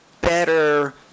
better